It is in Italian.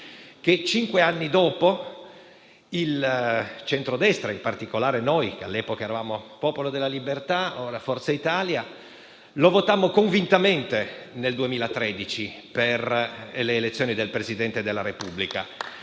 cinque anni dopo il centrodestra (in particolare noi, che all'epoca eravamo Il Popolo della Libertà e oggi Forza Italia) lo votò convintamente nel 2013 per le elezioni del Presidente della Repubblica.